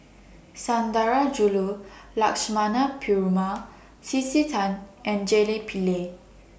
Sundarajulu Lakshmana Perumal C C Tan and Jelly Pillay